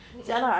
mmhmm